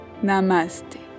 Namaste